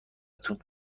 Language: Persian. تون